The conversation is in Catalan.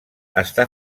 està